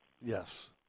Yes